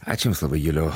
ačiū jums labai juliau